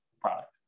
product